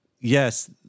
yes